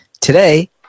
Today